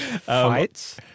Fights